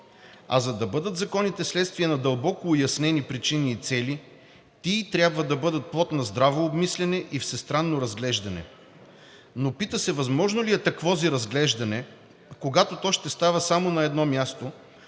А за да бъдат законите следствие на дълбоко уяснени причини и цели, тий трябва да бъдат плод на здраво обмисляне и всестранно разглеждане. Но пита се: възможно ли е таквози разглеждане, когато то ще става само на едно място,